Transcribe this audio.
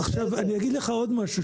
אני אגיד לך עוד משהו,